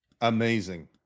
amazing